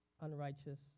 unrighteous